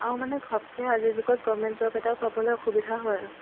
অঁ মানে ঘপকে আজিৰ যুগত গভৰ্ণমেণ্ট জব এটাও পাবলৈ অসুবিধা হয় আৰু